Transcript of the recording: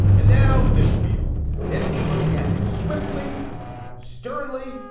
and now the spiel nancy pelosi acted swiftly sternly.